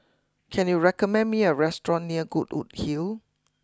can you recommend me a restaurant near Goodwood Hill